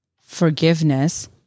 forgiveness